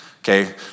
okay